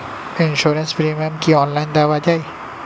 Insurance premium কি online দেওয়া যায়?